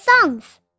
songs